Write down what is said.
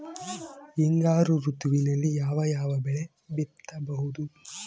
ಹಿಂಗಾರು ಋತುವಿನಲ್ಲಿ ಯಾವ ಯಾವ ಬೆಳೆ ಬಿತ್ತಬಹುದು?